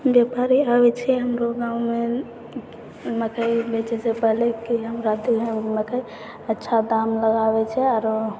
बेपारी आबै छै हमरऽ गाँवमे मकइ बेचै छै पहले कि हमरा दिहेँ मकइ अच्छा दाम लगाबै छै आओर